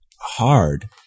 hard